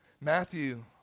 Matthew